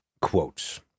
quotes